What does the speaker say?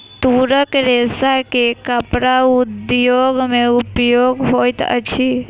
तूरक रेशा के कपड़ा उद्योग में उपयोग होइत अछि